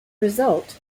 result